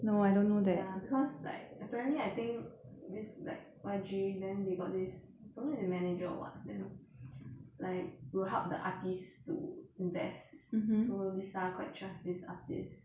ya because like apparently I think this like Y_G then they got this don't know the manager or what then like will help the artists to invest so lisa quite trust this artist